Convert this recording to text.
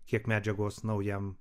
kiek medžiagos naujam